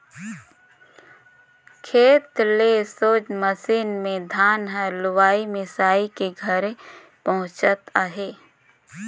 खेते ले सोझ मसीन मे धान हर लुवाए मिसाए के घरे पहुचत अहे